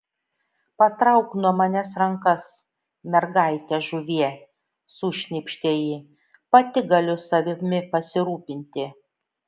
patrauk nuo manęs rankas mergaite žuvie sušnypštė ji pati galiu savimi pasirūpinti